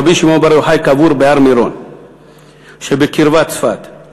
רבי שמעון בר יוחאי קבור בהר-מירון שבקרבת צפת.